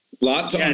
Lots